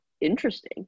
interesting